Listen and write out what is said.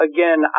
Again